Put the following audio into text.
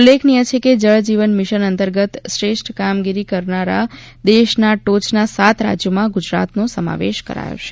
ઉલ્લેખનીય છે કે જળ જીવન મીશન અંતર્ગત શ્રેષ્ઠ કામગીરી કરનારા દેશના ટોચના સાત રાજ્યોમાં ગુજરાતનો સમાવેશ કરાયો છે